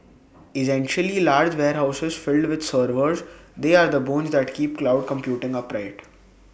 essentially large warehouses filled with servers they are the bones that keep cloud computing upright